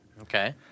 Okay